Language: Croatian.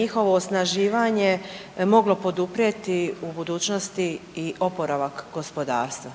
njihovo osnaživanje moglo poduprijeti u budućnosti i oporavak gospodarstva?